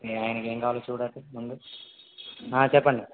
మీ ఆయనకి ఏమి కావాలో చూడు అటు ముందు చెప్పండి